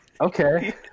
Okay